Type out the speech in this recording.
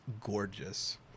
gorgeous